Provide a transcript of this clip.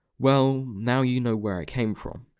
well. now you know where it came from.